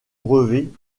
brevet